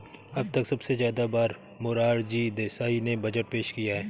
अब तक सबसे ज्यादा बार मोरार जी देसाई ने बजट पेश किया है